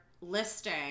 listing